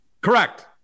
Correct